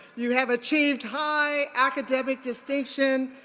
you have achieved high academic distinction,